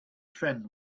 friend